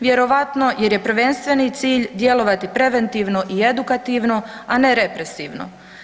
Vjerojatno jer je prvenstveni cilj djelovati preventivno i edukativno, a ne represivno.